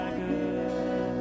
good